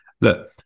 Look